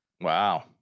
Wow